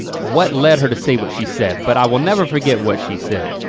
what led her to say what she said, but i will never forget what she said.